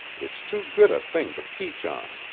it's too good a thing to peach on.